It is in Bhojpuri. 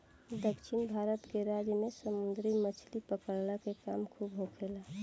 दक्षिण भारत के राज्य में समुंदरी मछली पकड़ला के काम खूब होखेला